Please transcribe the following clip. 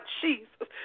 jesus